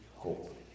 Hope